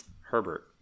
Herbert